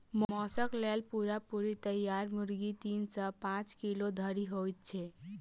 मौसक लेल पूरा पूरी तैयार मुर्गी तीन सॅ पांच किलो धरि होइत छै